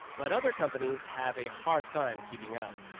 but other companies have a hard time keeping up.